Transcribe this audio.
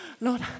Lord